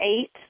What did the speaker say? eight